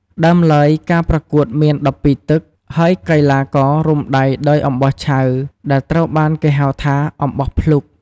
ដើមឡើយការប្រកួតមាន ១២ ទឹក ហើយកីឡាកររុំដៃដោយអំបោះឆៅ ដែលត្រូវបានគេហៅថា "អំបោះភ្លុក"។